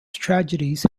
tragedies